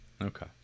Okay